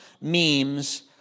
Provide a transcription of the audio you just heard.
memes